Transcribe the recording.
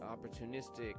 opportunistic